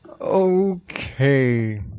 Okay